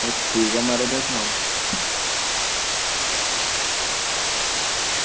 ओह् ठीक ऐ म्हाराज तुस सनाओ